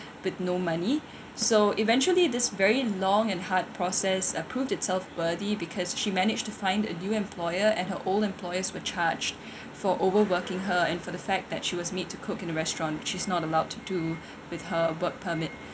with no money so eventually this very long and hard process uh proved itself worthy because she managed to find a new employer and her old employers were charged for over working her and for the fact that she was made to cook in a restaurant which is not allowed to do with her work permit